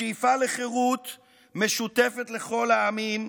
השאיפה לחירות משותפת לכל העמים,